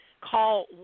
call